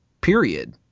period